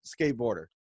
skateboarder